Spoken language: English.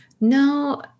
no